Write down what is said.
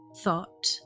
thought